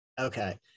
Okay